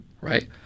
Right